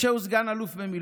משה הוא סגן-אלוף במילואים.